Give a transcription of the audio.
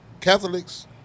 Catholics